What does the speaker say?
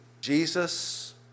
Jesus